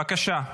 בבקשה.